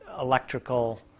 electrical